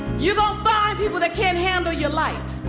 you gonna find people that can't handle your light.